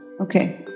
Okay